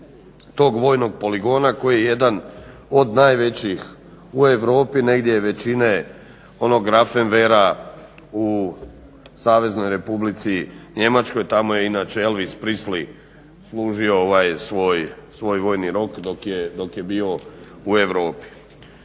tog vojnog poligona koji je jedan od najvećih u Europi negdje veličine onog …/Govornik se ne razumije./… u Saveznoj Republici Njemačkoj. Tamo je inače Elvis Presley služio svoj vojni rok dok je bio u Europi.